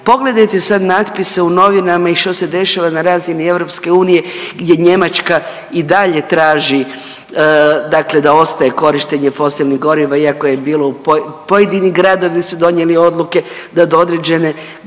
Pogledajte sad natpise u novinama i što se dešava na razini EU gdje Njemačka i dalje traži, dakle da ostaje korištenje fosilnih goriva, iako je bilo pojedini gradovi su donijeli odluke da do određene,